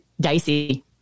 dicey